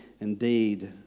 indeed